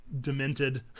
demented